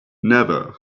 never